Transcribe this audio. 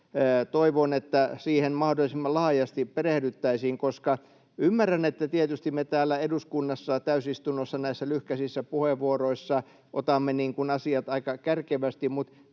toivon, että siihen mahdollisimman laajasti perehdyttäisiin. Ymmärrän, että tietysti me täällä eduskunnassa täysistunnossa näissä lyhkäisissä puheenvuoroissa otamme asiat aika kärkevästi,